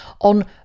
on